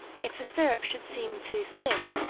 if the syrup should seem too thin,